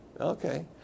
Okay